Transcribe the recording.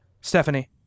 Stephanie